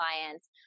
clients